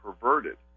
perverted